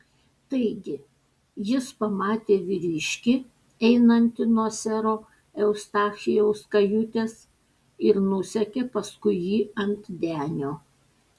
taigi jis pamatė vyriškį einantį nuo sero eustachijaus kajutės ir nusekė paskui jį ant denio